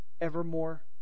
evermore